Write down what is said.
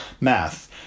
Math